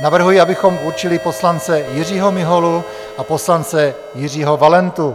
Navrhuji, abychom určili poslance Jiřího Miholu a poslance Jiřího Valentu.